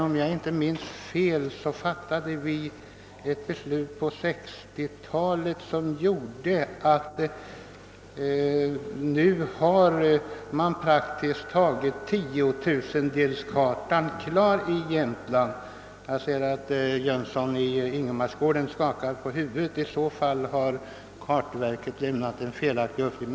Om jag inte minns fel fattade riksdagen emellertid på 1960-talet ett beslut som innebar att tiotusendelskartan nu praktiskt taget är klar i Jämtland. Jag ser att herr Jönsson i Ingemarsgården skakar på huvudet; om detta inte är riktigt har kartverket lämnat en felaktig uppgift.